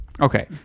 okay